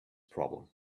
problem